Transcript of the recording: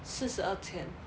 四十二千